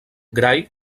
gray